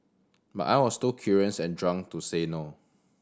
but I was too curious and drunk to say no